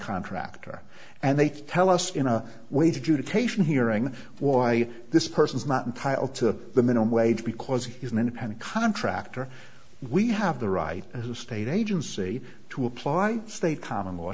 contractor and they tell us in a way to take from hearing why this person is not entitle to the minimum wage because he's an independent contractor we have the right as a state agency to apply state common law